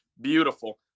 Beautiful